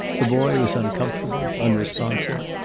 the boy was uncomfortable, unresponsive.